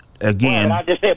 again